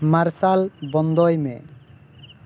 ᱢᱟᱨᱥᱟᱞ ᱵᱚᱱᱫᱚᱭ ᱢᱮ